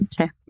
Okay